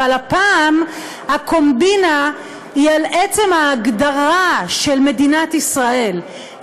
אבל הפעם הקומבינה היא על עצם ההגדרה של מדינת ישראל,